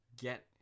get